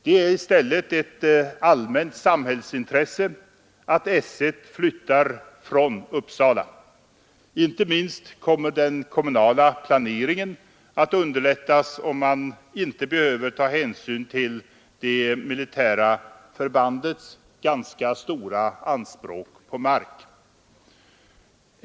Det är i stället ett allmänt samhällsintresse att § 1 flyttar från Uppsala. Inte minst kommer den kommunala planeringen att underlättas om man inte behöver ta hänsyn till det militära förbandets ganska stora anspråk på mark.